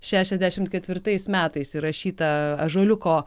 šešiasdešimt ketvirtais metais įrašytą ąžuoliuko